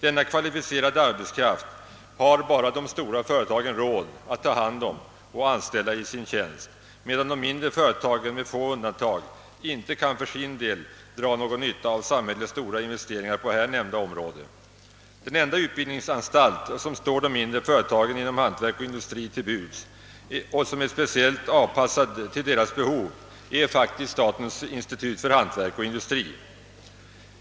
Denna kvalificerade arbetskraft har bara de stora företagen råd att ta hand om och anställa i sin tjänst, medan de mindre företagen med få undantag icke kan för sin del dra någon nytta av samhällets stora investeringar på här nämnda område. Den enda utbildningsanstalt, som står de mindre företagen inom hantverk och industri till buds och som är speciellt anpassad till deras behov, är faktiskt statens institut för hantverk och industri.